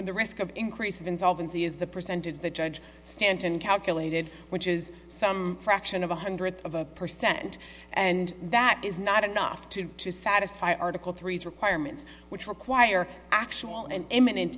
and the risk of increase of insolvency is the percentage the judge stanton calculated which is some fraction of a hundredth of a percent and that is not enough to satisfy article three requirements which require actual and imminent